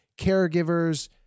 caregivers